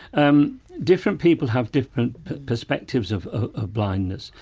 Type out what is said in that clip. um different people have different perspectives of ah of blindness,